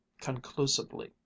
conclusively